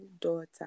daughter